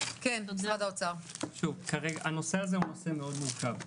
הנושא מאוד מורכב.